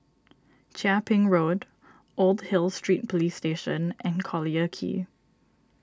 Chia Ping Road Old Hill Street Police Station and Collyer Quay